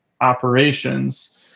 operations